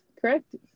Correct